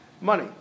Money